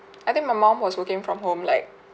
I think my mom was working from home like